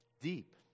deep